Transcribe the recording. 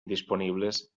disponibles